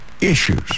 issues